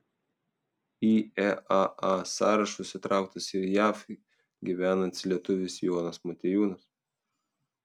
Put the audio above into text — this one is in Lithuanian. į eaa sąrašus įtrauktas ir jav gyvenantis lietuvis jonas motiejūnas